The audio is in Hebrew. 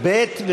(ב), (ג), (ד)